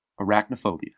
Arachnophobia